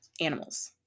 animals